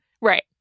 Right